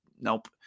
nope